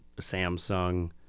Samsung